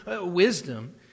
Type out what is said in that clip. wisdom